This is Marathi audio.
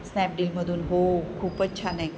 स्नॅपडीलमधून हो खूपच छान आहे